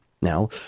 Now